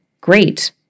great